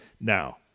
now